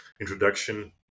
introduction